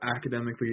academically